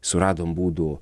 suradom būdų